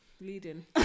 leading